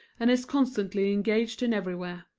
and is constantly engaged in everywhere.